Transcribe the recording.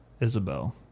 Isabel